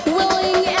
willing